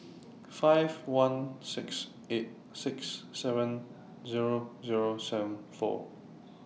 five one six eight six seven Zero Zero seven four